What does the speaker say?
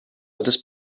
others